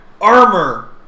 armor